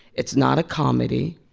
it's not a comedy,